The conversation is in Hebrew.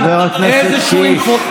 חבר הכנסת קיש.